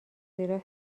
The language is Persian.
زیرا